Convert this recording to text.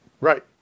Right